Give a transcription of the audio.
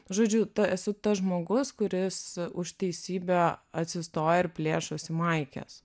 žodžiu ta esu tas žmogus kuris už teisybę atsistoja ir plėšosi maikes